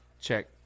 check